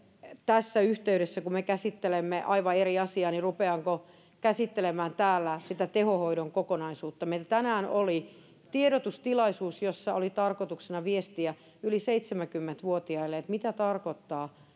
tässä yhteydessä kun me käsittelemme aivan eri asiaa rupeanko käsittelemään täällä sitä tehohoidon kokonaisuutta meiltä tänään oli tiedotustilaisuus jossa oli tarkoituksena viestiä yli seitsemänkymmentä vuotiaille mitä tarkoittaa